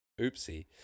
Oopsie